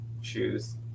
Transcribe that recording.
shoes